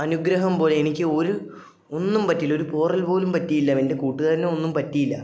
അനുഗ്രഹം പോലെ എനിക്ക് ഒരു ഒന്നും പറ്റിയില്ല ഒരു പോറൽ പോലും പറ്റിയില്ല എൻ്റെ കൂട്ടുകാരനൊന്നും പറ്റിയില്ല